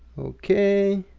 okay,